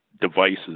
devices